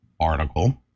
article